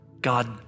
God